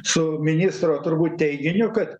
su ministro turbūt teiginiu kad